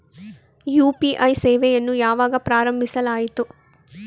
UPI ಸೇವೆಯನ್ನು ಯಾವಾಗ ಪ್ರಾರಂಭಿಸಲಾಯಿತು?